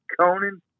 Conan